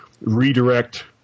redirect